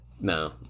No